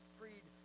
freed